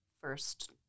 first